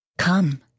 Come